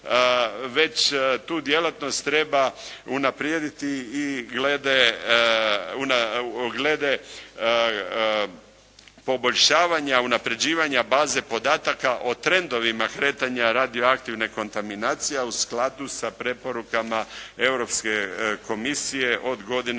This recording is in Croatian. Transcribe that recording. već tu djelatnost treba unaprijediti i glede poboljšavanja unapređivanja baze podataka o trendovima kretanja radioaktivne kontaminacije, a u skladu sa preporukama Europske komisije od godine